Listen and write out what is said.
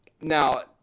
now